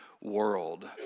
world